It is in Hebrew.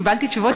קיבלתי תשובות,